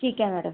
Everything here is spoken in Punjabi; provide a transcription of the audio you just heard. ਠੀਕ ਹੈ ਮੈਡਮ